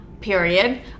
period